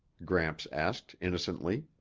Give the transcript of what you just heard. gramps asked innocently.